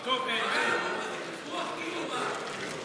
זה לא בסדר?